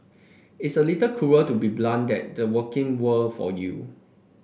it's a little cruel to be blunt that the working world for you